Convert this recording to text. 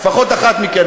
לפחות אחת מכן,